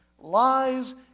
lies